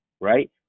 right